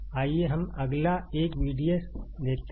आइए हम अगला एक VDS देखते हैं